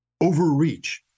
overreach